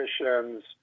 missions